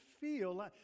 feel